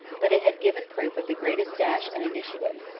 but it had given proof of the greatest dash and initiative,